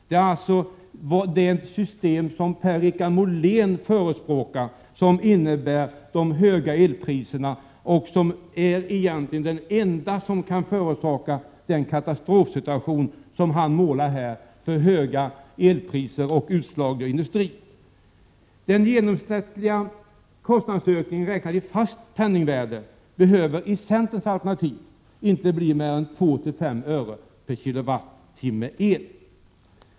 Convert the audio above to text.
Det är det system som Per-Richard Molén förespråkar som innebär höga elpriser och egentligen är det enda som kan förorsaka den katastrofsituation som han målar upp här med höga elpriser och utslagen industri. Den genomsnittliga kostnadsökningen, räknad i fast penningvärde, behöver i centerns alternativ inte bli mer än 2-5 öre/kWh el.